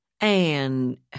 And